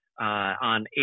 on